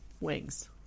Wings